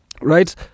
right